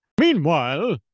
meanwhile